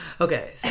okay